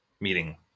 meeting